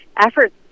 efforts